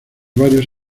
varios